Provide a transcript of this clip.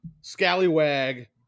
scallywag